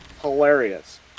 hilarious